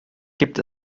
gibt